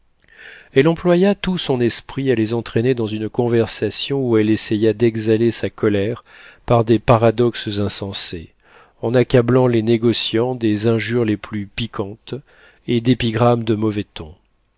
elle employa tout son esprit à les entraîner dans une conversation où elle essaya d'exhaler sa colère par des paradoxes insensés en accablant les négociants des injures les plus piquantes et d'épigrammes de mauvais ton